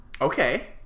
Okay